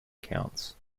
counts